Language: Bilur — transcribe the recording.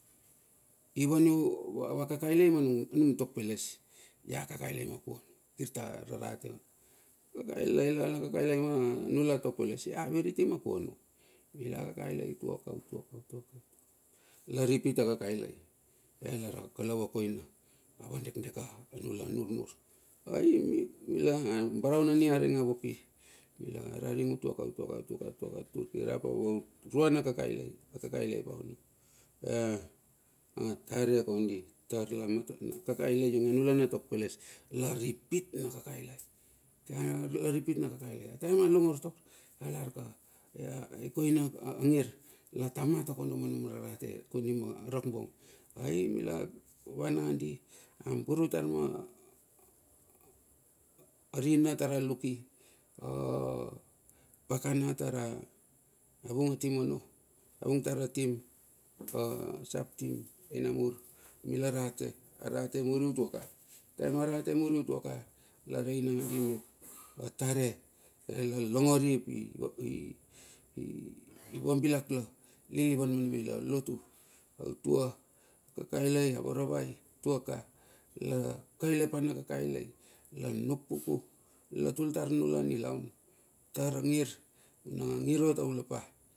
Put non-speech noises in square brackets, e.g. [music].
Ivan vakakalai manum tokpeles, ia kakaila ma kuana, kirta rarate. ai la lakakailai manila tokpeles. ia viriti ma kuana. mila kakailai tuaka tuaka utuaka, la ripit a kakailai, ai alar kalou akoina, va vandekdek anila nurnur. Ai mila barau na niaring a voki mila araring utuaka, utuaka, utuaka, utuaka tuk irap a vaurua na kakailai, akakailai kauni, ea atare kondi tar lamata? Akailai ninge nila na tokpele la ripit na kakailai, la ripit na kakailai, a taem a longor taur alar ka, koina angir la tama takondo manum rarate kondi ma rakbong. Ai mila van nandi, amburu tar ma a rina tara luk i, a pakana tara vung a timono. Avung tar atim ap a sap- tim, ai namur mila ratep arate muri tuaka. Ataem a rate muri utuaka, larei nangadi, mep atare [noise] i la longori i, va bilak lilivan manumila lotu ai tua a kailai a varavai tuaka la kaile pa na kakailai. La nuk puku la tui tar nil nilaun tar a ngir vuna a ngir ot a ula pa.